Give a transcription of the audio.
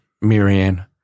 Marianne